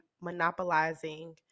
monopolizing